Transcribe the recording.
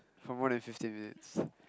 more than fifteen minutes